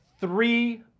three